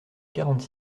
quarante